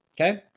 okay